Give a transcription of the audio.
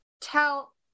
tell